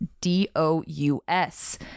D-O-U-S